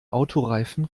autoreifen